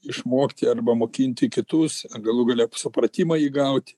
išmokti arba mokinti kitus ar galų gale supratimą įgauti